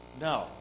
No